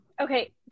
Okay